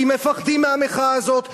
כי מפחדים מהמחאה הזאת.